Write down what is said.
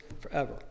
forever